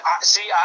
See